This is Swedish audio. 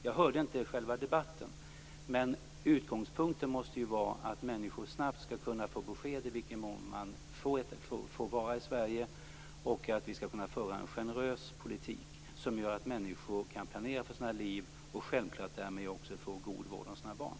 Nu hörde jag inte själva debatten, men utgångspunkten måste ju vara att människor snabbt skall kunna få besked om de får stanna i Sverige och att vi skall kunna föra en generös politik som gör att människor kan planera för sina liv och självfallet därmed också få en god vård för sina barn.